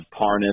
Parnas